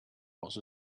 was